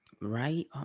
Right